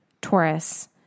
Taurus